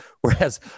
Whereas